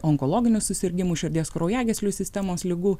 onkologinių susirgimų širdies kraujagyslių sistemos ligų